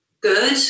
good